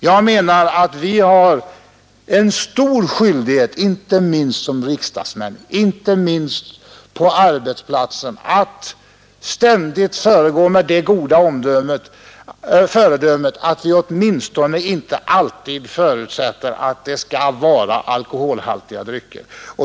Jag menar att vi har en stor skyldighet — inte minst som riksdagsmän och på arbetsplatsen — att ständigt vara åtminstone det goda föredömet att vi inte alltid förutsätter att det skall vara alkoholhaltiga drycker.